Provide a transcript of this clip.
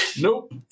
Nope